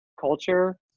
culture